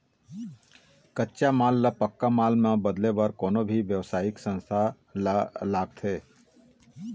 कच्चा माल ल पक्का माल म बदले बर कोनो भी बेवसायिक संस्था ल लागथे